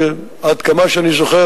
עד כמה שאני זוכר,